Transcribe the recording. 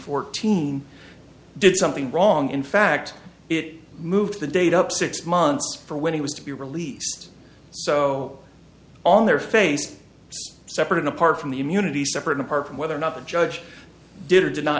fourteen did something wrong in fact it moved the date up six months for when he was to be released so on their face separate and apart from the immunity separate apart from whether or not the judge did or did not